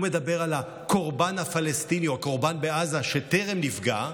והוא מדבר על הקורבן הפלסטיני או הקורבן בעזה שטרם נפגע,